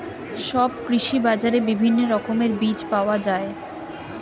সব কৃষি বাজারে বিভিন্ন রকমের বীজ পাওয়া যায়